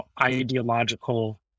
ideological